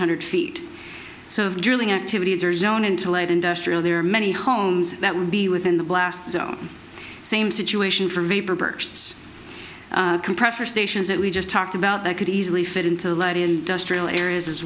hundred feet or so of drilling activities or zone into late industrial there are many homes that would be within the blast zone same situation for compressor stations that we just talked about that could easily fit into light industrial areas as